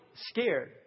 scared